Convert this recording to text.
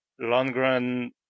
Lundgren